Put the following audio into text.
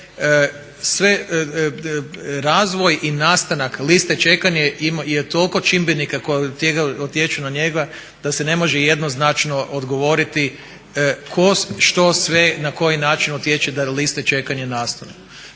sve. Razvoj i nastanak liste čekanja je imao toliko čimbenika koji utječu na njega da se ne može jednoznačno odgovoriti tko, što sve, na koji način utječe da liste čekanja nastanu.